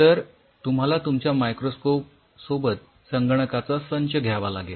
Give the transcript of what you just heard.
तर तुम्हाला तुमच्या मायक्रोस्कोप सोबत संगणकाचा संच घ्यावा लागेल